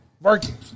Working